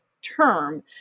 Term